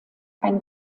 ein